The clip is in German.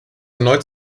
erneut